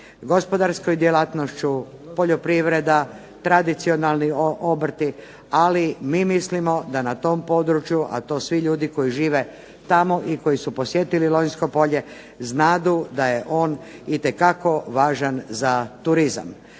gospodarskom djelatnošću, poljoprivreda, tradicionalni obrti. Ali mi mislimo da na tom području, a to svi ljudi koji žive tamo i koji su posjetili Lonjsko polje znadu da je on itekako važan za turizam.